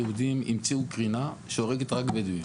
היהודים המציאו קרינה שהורגת רק בדואים.